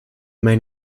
main